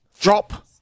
drop